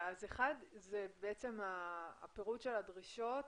1 זה בעצם הפירוט של הדרישות